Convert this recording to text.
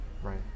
Right